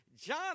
John